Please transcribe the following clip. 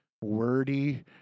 wordy